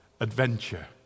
adventure